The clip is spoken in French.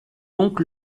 donc